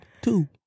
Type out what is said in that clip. two